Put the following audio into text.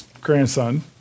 grandson